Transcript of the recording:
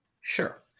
Sure